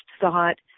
thought